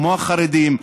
החרדים,